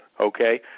Okay